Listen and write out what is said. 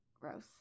gross